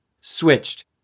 switched